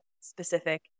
specific